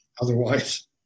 Otherwise